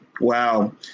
Wow